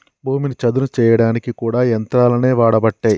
భూమిని చదును చేయడానికి కూడా యంత్రాలనే వాడబట్టే